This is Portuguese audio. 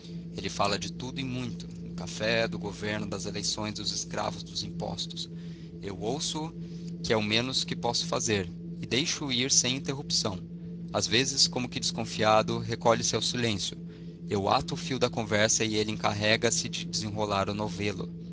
ele fala de tudo e muito do café do governo das eleições dos escravos dos impostos eu ouço que é o menos que posso fazer e deixo-o ir sem interrupção às vezes como que desconfiado recolhe se ao silêncio eu ato o fio da conversa e ele encarrega se de desenrolar o novelo